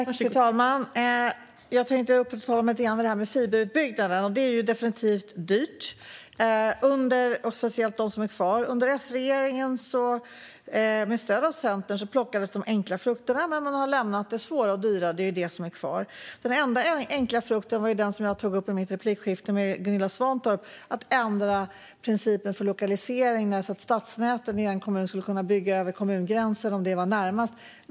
Fru talman! Jag tänkte uppehålla mig lite vid fiberutbyggnaden. Detta är ju definitivt dyrt, speciellt det som är kvar. Under S-regeringen, och med stöd av Centern, plockades de lågt hängande frukterna - det svåra och dyra är kvar. Den enda lågt hängande frukt som är kvar är den som jag tog upp i mitt replikskifte med Gunilla Svantorp: att ändra principen för lokalisering så att stadsnäten i en kommun ska kunna byggas över kommungränsen om detta är närmast.